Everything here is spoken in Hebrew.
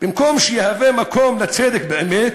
במקום שיהווה מקום לצדק באמת,